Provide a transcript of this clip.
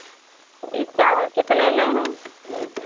ये चावल कितने में हैं